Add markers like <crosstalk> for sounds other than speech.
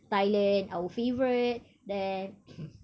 thailand our favourite then <noise>